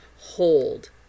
Hold